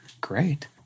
great